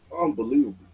unbelievable